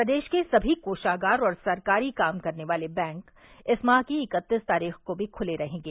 प्रदेश के सभी कोषागार और सरकारी काम करने वाले बैंक इस माह की इकतीस तारीख़ को भी खुले रहेंगे